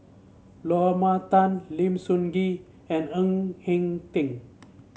Lorna Tan Lim Sun Gee and Ng Eng Teng